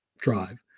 drive